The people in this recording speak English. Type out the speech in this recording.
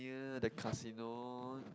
near the casino